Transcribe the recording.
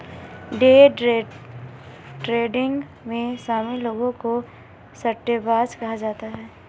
day trading में शामिल लोगों को सट्टेबाज कहा जाता है